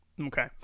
Okay